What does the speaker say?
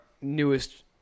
newest